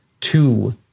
two